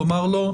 לומר לו: